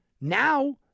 Now